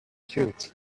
cute